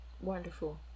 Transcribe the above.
wonderful